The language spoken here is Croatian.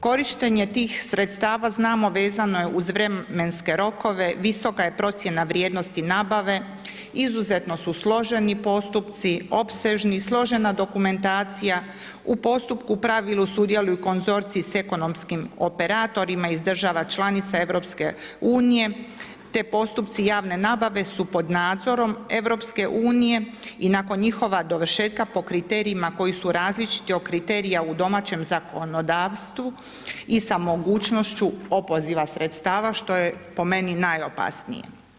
Korištenje tih sredstava znamo vezano je uz vremenske rokove, visoka je procjena vrijednosti nabave, izuzetno su složeni postupci, opsežni, složena dokumentacija, u postupku u pravilu sudjeluju konzorcij sa ekonomskim operatorima iz država članica EU-a te postupci javne nabave su pod nadzorom EU-a i nakon njihova dovršetka po kriterijima koji su različiti od kriterija u domaćem zakonodavstvu i sa mogućnošću opoziva sredstava što je po meni najopasnije.